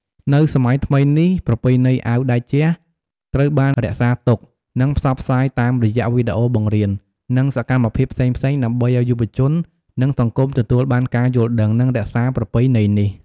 នៅសម័យថ្មីនេះ ប្រពៃណីអាវតេជៈត្រូវបានរក្សាទុក និងផ្សព្វផ្សាយតាមរយៈវីដេអូបង្រៀន និងសកម្មភាពផ្សេងៗ ដើម្បីអោយយុវជន និងសង្គមទទួលបានការយល់ដឹង និងរក្សាប្រពៃណីនេះ។